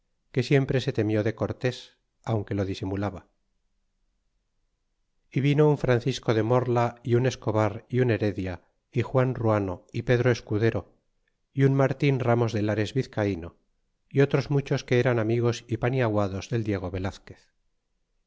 que siempee se temió de cortés aunque lo disimulaba y vino un francisco de moría y un escobar y un heredia y juan ruano y pedro escudero y un martin ramos de lares vizcaino y otros muchos que eran amigos y paniaguados del diego velazquez